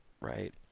Right